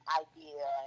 idea